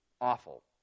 awful